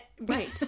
Right